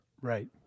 Right